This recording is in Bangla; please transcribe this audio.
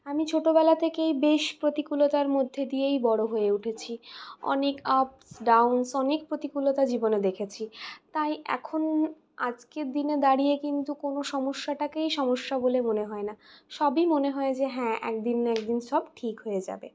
আমি ছোটোবেলা থেকেই বেশ প্রতিকূলতার মধ্যে দিয়েই বড়ো হয়ে উঠেছি অনেক আপস ডাউনস অনেক প্রতিকূলতা জীবনে দেখেছি তাই এখন আজকের দিনে দাঁড়িয়ে কিন্তু কোনো সমস্যাটাকেই সমস্যা বলে মনে হয় না সবই মনে হয় যে হ্যাঁ একদিন না একদিন সব ঠিক হয়ে যাবে